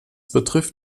betrifft